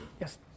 Yes